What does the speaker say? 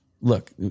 look